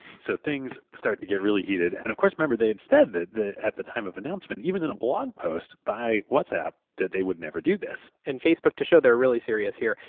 so things started to get really heated. and of course, remember they had said that at the time of announcement, even in a blogpost by whatsapp that they would never do this. and facebook to show they are really serious here.